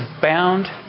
bound